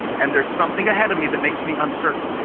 and there's something ahead of me that makes me uncertain.